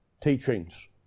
teachings